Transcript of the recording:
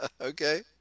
Okay